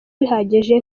bihagije